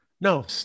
No